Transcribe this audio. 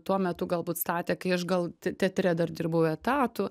tuo metu galbūt statė kai aš gal t teatre dar dirbau etatu